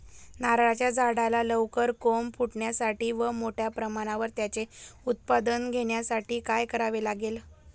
नारळाच्या झाडाला लवकर कोंब फुटण्यासाठी व मोठ्या प्रमाणावर त्याचे उत्पादन घेण्यासाठी काय करावे लागेल?